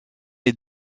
est